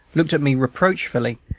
looked at me reproachfully,